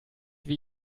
wie